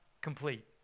complete